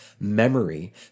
Memory